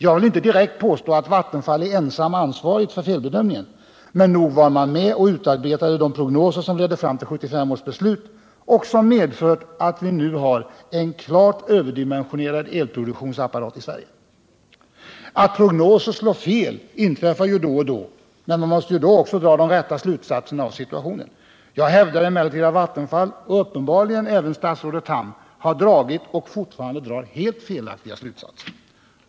Jag vill inte direkt påstå att Vattenfall är ensamt ansvarigt för felbedömningen, men nog var man med och utarbetade de prognoser som ledde fram till 1975 års beslut och som medfört att vi nu har en klart överdimensionerad elproduktionsapparat i Sverige. Au prognoser slår fel inträffar ju då och då, men man måste i så fall också dra de rätta slutsatserna av situationen. Jag hävdar emellertid att Vattenfall — och uppenbarligen även statsrådet Tham — har dragit och fortfarande drar helt felaktiga slutsatser.